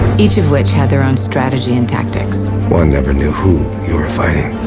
each of which had their own strategy and tactics. one never knew who, you are fighting.